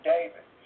David